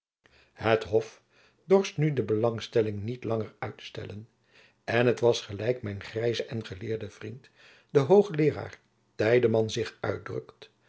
het hof dorst nu de belangstelling niet langer uitstellen en het was gelijk mijn grijze en geleerde vriend de hoogleeraar tydeman zich uitdrukt